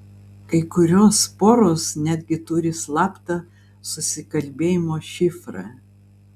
kai kurios poros netgi turi slaptą susikalbėjimo šifrą